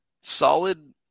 solid